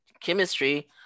chemistry